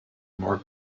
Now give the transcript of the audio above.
mark